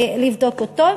לבדוק אותו.